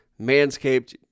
manscaped